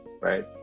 right